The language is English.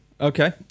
Okay